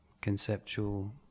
conceptual